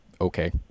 Okay